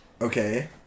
Okay